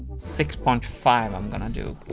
six point five i'm gonna do.